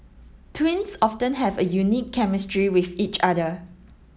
twins often have a unique chemistry with each other